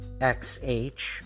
xh